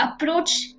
approach